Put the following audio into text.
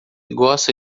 gosta